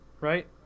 right